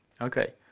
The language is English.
Okay